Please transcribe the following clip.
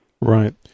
Right